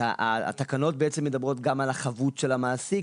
כי התקנות בעצם מדברות גם על החבות של המעסיק,